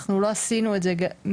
אנחנו לא עשינו את זה עד